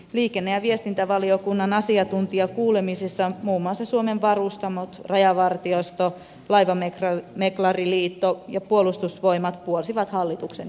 liikenne ja viestintävaliokunnan asiantuntijakuulemisissa muun muassa suomen varustamot rajavartiosto laivameklariliitto ja puolustusvoimat puolsivat hallituksen